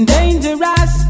Dangerous